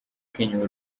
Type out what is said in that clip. kenya